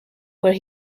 where